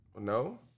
No